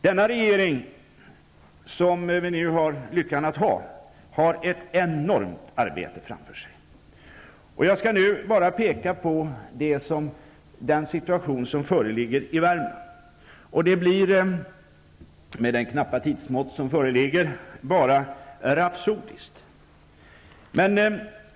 Den regering vi nu har lyckan att ha har ett enormt arbete framför sig. Jag skall nu bara peka på den situation som föreligger i Värmland. Med det knappa tidsmått som föreligger blir det rätt rapsodiskt.